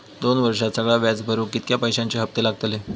दोन वर्षात सगळा व्याज भरुक कितक्या पैश्यांचे हप्ते लागतले?